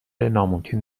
ناممکن